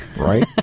right